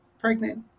pregnant